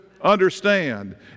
understand